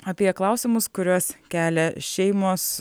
apie klausimus kuriuos kelia šeimos